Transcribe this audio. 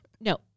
No